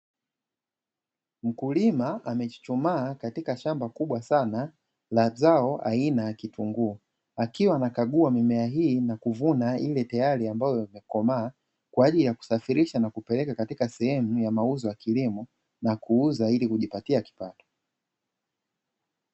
Mkulima amechuchumaa katika shamba kubwa sana la zao aina ya vitunguu, akiwa anakagua mimea hii na kuvuna ile tayari ambayo ikomaa kwa ajili ya kusafirisha na kupeleka katika sehemu ya mauzo ya kilimo na kuuza ili kujipatia kipato.